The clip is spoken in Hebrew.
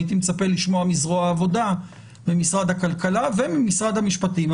הייתי מצפה לשמוע מזרוע העבודה במשרד הכלכלה וממשרד המשפטים,